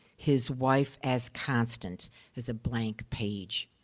his wife as constant as a blank page.